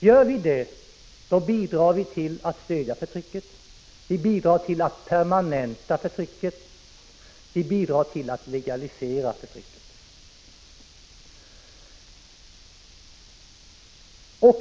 Gör vi det, bidrar vi till att permanenta och legalisera förtrycket.